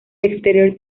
exterior